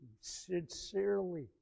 sincerely